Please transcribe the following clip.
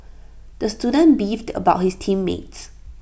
the student beefed about his team mates